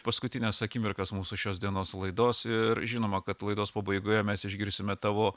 paskutines akimirkas mūsų šios dienos laidos ir žinoma kad laidos pabaigoje mes išgirsime tavo